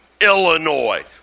Illinois